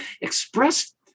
expressed